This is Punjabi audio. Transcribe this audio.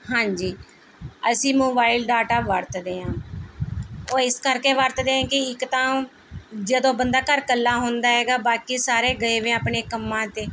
ਹਾਂਜੀ ਅਸੀਂ ਮੋਬਾਈਲ ਡਾਟਾ ਵਰਤਦੇ ਹਾਂ ਉਹ ਇਸ ਕਰਕੇ ਵਰਤਦੇ ਹਾਂ ਕਿ ਇੱਕ ਤਾਂ ਜਦੋਂ ਬੰਦਾ ਘਰ ਇਕੱਲਾ ਹੁੰਦਾ ਹੈਗਾ ਬਾਕੀ ਸਾਰੇ ਗਏ ਵੇ ਆਪਣੇ ਕੰਮਾਂ 'ਤੇ